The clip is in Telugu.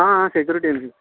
సెక్యూరిటీ అండి